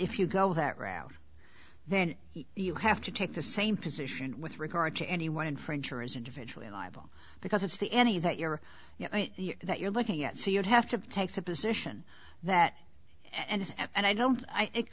if you go that route then you have to take the same position with regard to anyone in french or is individually and i will because it's the any that you're that you're looking at so you'd have to take the position that and and i don't